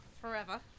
forever